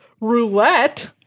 Roulette